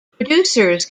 producers